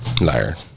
Liar